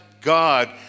God